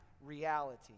reality